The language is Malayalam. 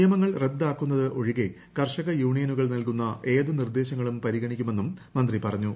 നിയമങ്ങൾ റദ്ദാക്കുന്നത് ഒഴികെ കർഷക യൂണിയനുകൾ നൽകുന്ന ഏത് നിർദേശങ്ങളും പരിഗണിക്കു മെന്നും മന്ത്രി പറഞ്ഞു